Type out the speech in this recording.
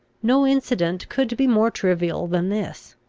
no incident could be more trivial than this,